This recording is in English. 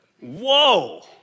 Whoa